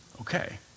Okay